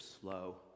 slow